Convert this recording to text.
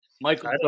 Michael